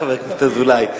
חבר הכנסת אזולאי.